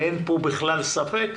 ואין פה בכלל ספק,